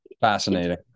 fascinating